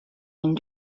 and